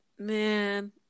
Man